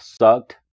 sucked